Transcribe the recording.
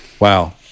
Wow